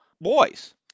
boys